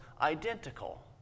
identical